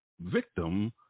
victim